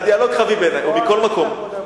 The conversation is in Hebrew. מכל מקום,